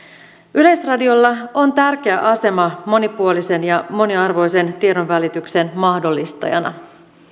yleisradiolla on tärkeä asema monipuolisen ja moniarvoisen tiedonvälityksen mahdollistajana